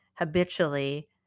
habitually